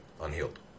unhealed